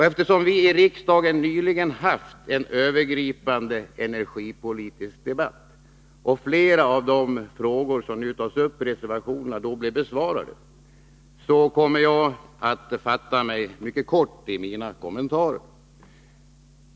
Eftersom vi i riksdagen nyligen haft en övergripande energipolitisk debatt och flera av de frågor som nu tas upp i reservationerna då blev besvarade, kommer jag att fatta mig mycket kort i mina kommentarer.